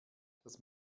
dass